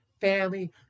family